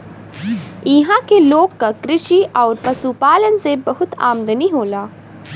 इहां के लोग क कृषि आउर पशुपालन से बहुत आमदनी होला